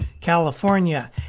California